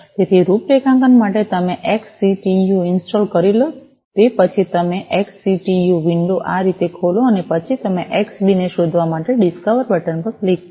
તેથી રૂપરેખાંકન માટે તમે એક્સસિટિયું ઇન્સ્ટોલ કરી લો તે પછી તમે એક્સસિટિયું વિન્ડો આ રીતે ખોલો અને પછી તમે એક્સબી ને શોધવા માટે ડિસ્કવર બટન પર ક્લિક કરો